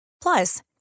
Plus